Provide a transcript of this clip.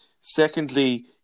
secondly